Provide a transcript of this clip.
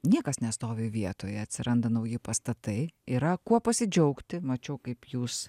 niekas nestovi vietoje atsiranda nauji pastatai yra kuo pasidžiaugti mačiau kaip jūs